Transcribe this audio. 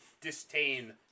disdain